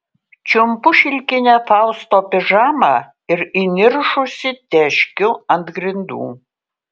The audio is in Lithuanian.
čiumpu šilkinę fausto pižamą ir įniršusi teškiu ant grindų